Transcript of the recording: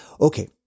Okay